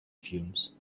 fumes